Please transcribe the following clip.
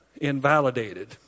invalidated